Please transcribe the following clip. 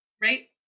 right